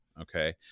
Okay